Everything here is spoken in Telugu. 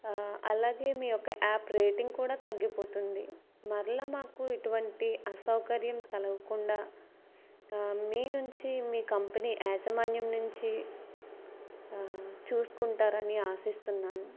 అలాగే మీ యొక్క యాప్ రేటింగ్ కూడా తగ్గిపోతుంది మరల మాకు ఇటువంటి అసౌకర్యం కలవకుండా మీ నుంచి మీ కంపెనీ యాజమాన్యం నుంచి చూసుకుంటారని ఆశిస్తున్నాను